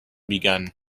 begun